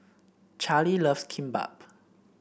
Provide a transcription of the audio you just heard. Charley loves Kimbap